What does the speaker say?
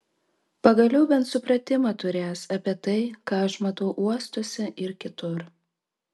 pagaliau bent supratimą turės apie tai ką aš matau uostuose ir kitur